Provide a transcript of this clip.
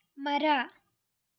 ಮರ